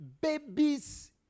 babies